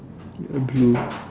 blue